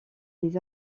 les